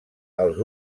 els